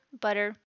butter